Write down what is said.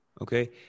Okay